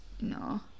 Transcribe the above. No